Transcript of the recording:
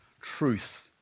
truth